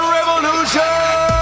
Revolution